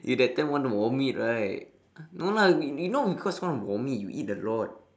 you that time want to vomit right no lah you know because want vomit you eat a lot